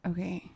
Okay